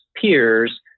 peers